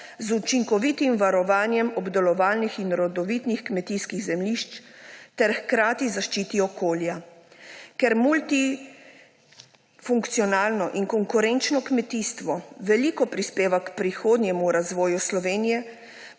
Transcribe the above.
z učinkovitim varovanjem obdelovalnih in rodovitnih kmetijskih zemljišč ter hkratni zaščiti okolja. Ker multifunkcionalno in konkurenčno kmetijstvo veliko prispeva k prihodnjemu razvoju Slovenije,